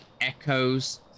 echoes